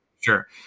Sure